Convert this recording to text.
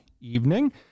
evening